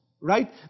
right